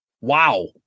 Wow